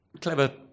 clever